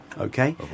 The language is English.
Okay